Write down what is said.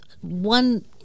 one